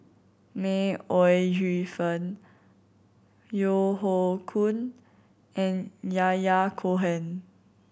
May Ooi Yu Fen Yeo Hoe Koon and Yahya Cohen